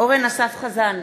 אורן אסף חזן,